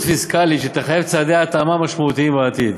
פיסקלית שתחייב צעדי התאמה משמעותיים בעתיד.